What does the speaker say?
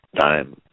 time